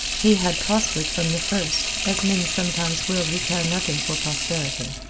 he had prospered from the first, as men sometimes will who care nothing for prosperity.